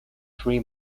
three